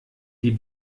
die